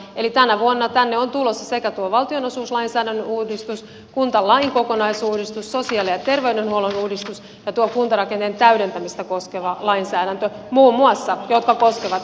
eli tänä vuonna tänne ovat tulossa sekä tuo valtionosuuslainsäädännön uudistus kuntalain kokonaisuudistus sosiaali ja terveydenhuollon uudistus että tuo kuntarakenteen täydentämistä koskeva lainsäädäntö muun muassa jotka koskevat kuntia